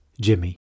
Jimmy